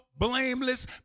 blameless